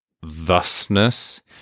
thusness